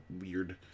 weird